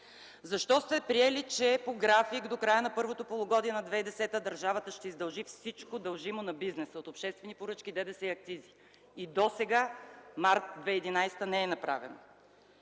Защо сте приели, че по график до края на първото полугодие на 2010 г. държавата ще издължи всичко дължимо на бизнеса от обществени поръчки, ДДС и акцизи – и досега, март 2011 г., не е направено?